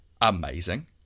amazing